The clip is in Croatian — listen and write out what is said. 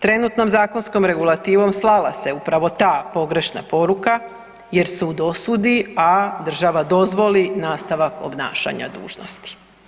Trenutnom zakonskom regulativom slala se upravo ta pogrešna poruka jer su u dosudi, a država dozvoli nastavak obnašanja dužnosti.